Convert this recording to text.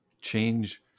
change